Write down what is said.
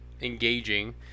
engaging